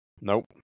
Nope